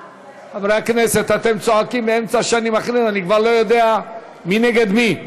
מכריז, אני כבר לא יודע מי נגד מי.